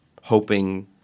hoping